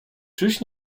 czyż